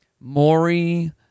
Maury